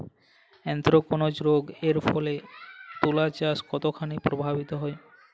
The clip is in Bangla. এ্যানথ্রাকনোজ রোগ এর ফলে তুলাচাষ কতখানি প্রভাবিত হয়?